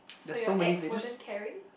so your ex wasn't caring